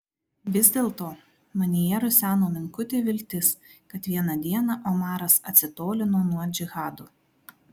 vis dėlto manyje ruseno menkutė viltis kad vieną dieną omaras atsitolino nuo džihado